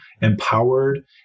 empowered